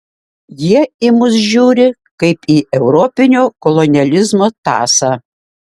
jie į mus žiūri kaip į europinio kolonializmo tąsą